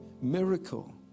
miracle